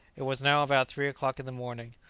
it was now about three o'clock in the morning.